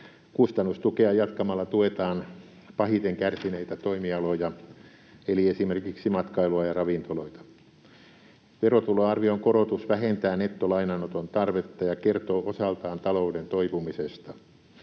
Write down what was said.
Kustannustukea jatkamalla tuetaan pahiten kärsineitä toimialoja, eli esimerkiksi matkailua ja ravintoloita. Verotuloarvion korotus vähentää nettolainanoton tarvetta ja kertoo osaltaan talouden toipumisesta.